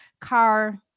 car